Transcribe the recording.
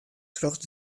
troch